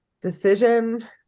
decision